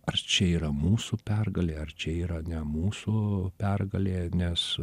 ar čia yra mūsų pergalė ar čia yra ne mūsų pergalė nes